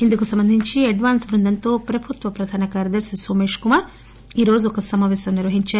ఇందుకు సంబంధించి అడ్వాన్స్ బృందంతో ప్రభుత్వ ప్రధాన కార్యదర్శి నోమేష్ కుమార్ ఈరోజు ఒక సమాపేశం నిర్వహించారు